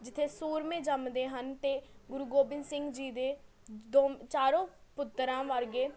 ਜਿੱਥੇ ਸੂਰਮੇ ਜੰਮਦੇ ਹਨ ਅਤੇ ਗੁਰੂ ਗੋਬਿੰਦ ਸਿੰਘ ਜੀ ਦੇ ਦੋ ਚਾਰੋਂ ਪੁੱਤਰਾਂ ਵਰਗੇ